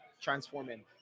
transforming